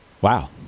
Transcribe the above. wow